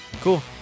Cool